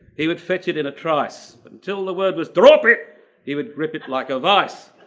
he would fit it in a trice. until the word was drop it he would grip it like a vise.